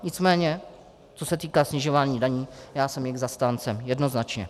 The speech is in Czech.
Nicméně co se týká snižování daní, já jsem jejich zastáncem jednoznačně.